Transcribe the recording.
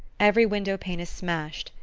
every window-pane is smashed,